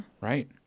right